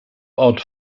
odd